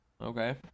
Okay